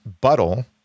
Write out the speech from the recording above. Buttle